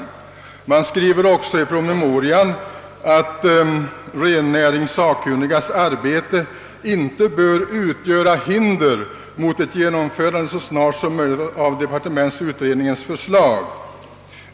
I promemorian skrivs också att rennäringssakkunnigas arbete inte bör utgöra hinder mot ett genomförande så snart som möjligt av departementsutredningens förslag.